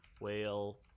whale